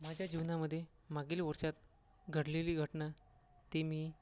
माझ्या जीवनामध्ये मागील वर्षात घडलेली घटना ती मी